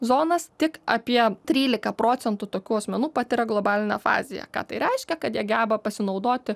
zonas tik apie trylika procentų tokių asmenų patiria globalinę afaziją ką tai reiškia kad jie geba pasinaudoti